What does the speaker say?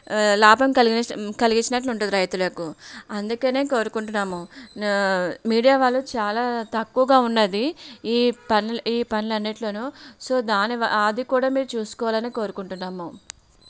లాభం కలిగించి కలిగించినట్లు ఉంటుంది రైతులకు అందుకనే కోరుకుంటున్నాము మీడియా వాళ్ళు చాలా తక్కువగా ఉన్నది ఈ పని ఈ పనులు అన్నిట్లోనూ సో దానివల్ల అది కూడా మీరు చూసుకోవాలని కోరుకుంటున్నాము